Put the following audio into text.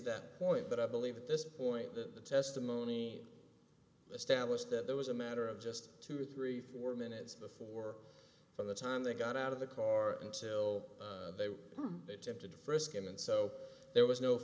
that point but i believe at this point the testimony established that there was a matter of just two three four minutes before from the time they got out of the car until they were tempted to frisk him and so there was no